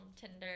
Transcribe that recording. Tinder